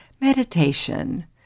Meditation